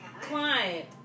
Client